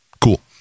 Cool